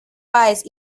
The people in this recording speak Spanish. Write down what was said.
páez